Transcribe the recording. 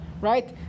right